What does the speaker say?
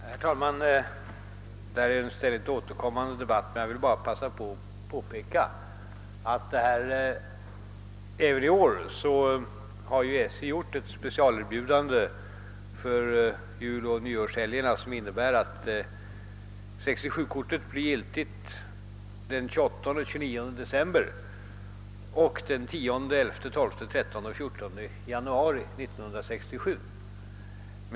Herr talman! Detta är en ständigt återkommande debatt, men jag vill bara begagna tillfället påpeka, att SJ även i år har gjort ett specialerbjudande för juloch nyårshelgerna, som innebär att 67 kortet blir giltigt den 28 och 29 december 1966 samt den 10, 11, 12, 13 och 14 januari 1967.